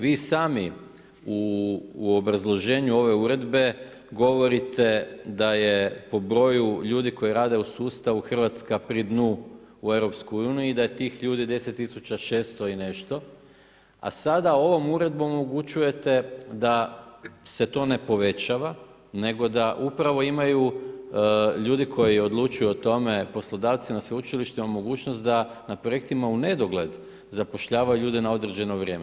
Vi i sami u obrazloženju ove Uredbe govorite da je po broju ljudi koji rade u sustavu RH pri dnu u EU i da je tih ljudi 10600 i nešto, a sada ovom Uredbom omogućujete da se to ne povećava, nego da upravo imaju ljudi koji odlučuju o tome, poslodavci na sveučilištima mogućnost da na projektima unedogled zapošljavaju ljude na određeno vrije.